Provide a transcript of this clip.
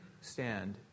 stand